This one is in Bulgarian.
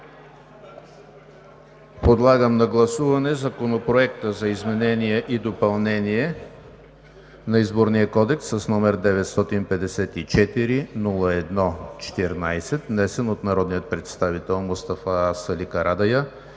Подлагам на гласуване Законопроект за изменение и допълнение на Изборния кодекс, № 954-01-14, внесен от народния представител Мустафа Сали Карадайъ